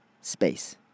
space